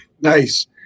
Nice